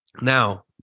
now